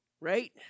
right